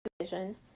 vision